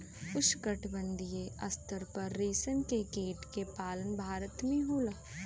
उष्णकटिबंधीय स्तर पर रेशम के कीट के पालन भारत में होला